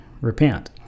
repent